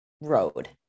road